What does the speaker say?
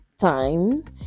times